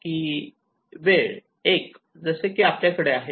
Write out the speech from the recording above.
की वेळ 1 जसे की आपल्याकडे असे आहे